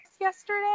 yesterday